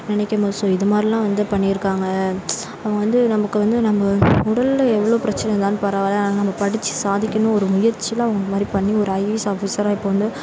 நினைக்கும்போது ஸோ இதுமாதிரிலாம் வந்து பண்ணியிருக்காங்க அவங்க வந்து நமக்கு வந்து நம்ம உடலில் எவ்வளோ பிரச்சின இருந்தாலும் பரவாயில்ல ஆனால் நம்ப படிச்சு சாதிக்கணும்னு ஒரு முயற்சியில் அவங்க இது மாதிரி பண்ணி ஒரு ஐஏஎஸ் ஆஃபீஸராக இப்போ வந்து